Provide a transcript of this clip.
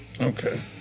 Okay